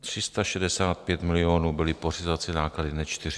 365 milionů byly pořizovací náklady, ne 400.